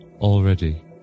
already